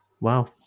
Wow